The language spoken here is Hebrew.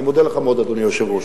אני מודה לך מאוד, אדוני היושב-ראש.